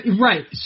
right